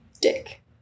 dick